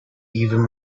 even